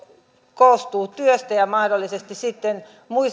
koostuu työstä ja mahdollisesti sitten